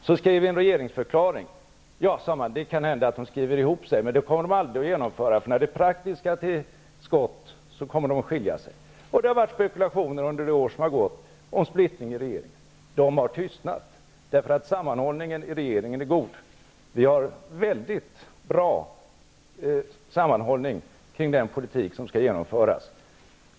Så skrev regeringen en regeringsförklaring. Då sade man: Det kan hända att de kan skriva ihop sig men det kommer de aldrig att kunna genomföra. När det gäller det praktiska kommer de att skilja sig. Det har varit spekulationer under det år som gått om splittring i regeringen. De har nu tystnat, därför att sammanhållningen i regeringen är god. Regeringen har en väldigt bra sammanhållning kring den politik som skall genomföras.